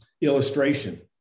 illustration